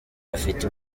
bafite